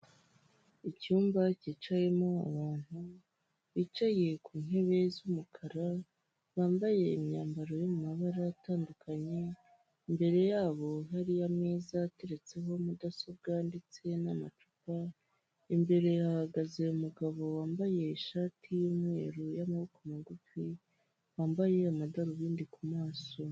Icyumba cyicayemo abantu bicaye ku ntebe z'umukara, bambaye imyambaro y'amabara atandukanye. Imbere ya bo hari ameza ateretseho mudasobwa ndetse n'amacupa. Imbere hahagaze umugabo wambaye ishati y'umweru y'amaboko magufi, wambaye amadarubindi ku maso.